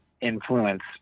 influence